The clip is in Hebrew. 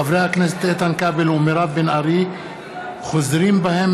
חברי הכנסת איתן כבל ומירב בן ארי חוזרים בהם